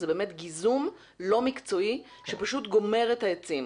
זה בעצם גיזום לא מקצועי שפשוט גומר את העצים.